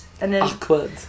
Awkward